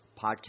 podcast